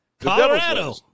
Colorado